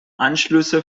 anschlüsse